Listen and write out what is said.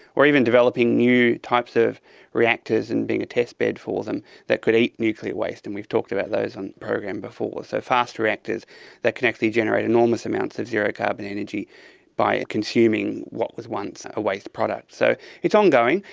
or even developing new types of reactors and being a testbed for them that could eat nuclear waste, and we've talked about those on the program before, so fast reactors that can actually generate enormous amounts of zero carbon energy by consuming what was once a waste product. so it's ongoing,